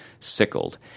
sickled